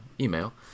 email